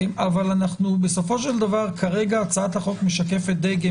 אבל בסופו של דבר כרגע הצעת החוק משקפת דגם